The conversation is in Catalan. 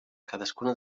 cadascuna